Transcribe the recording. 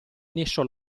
nesso